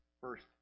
First